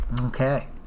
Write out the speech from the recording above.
Okay